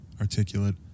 articulate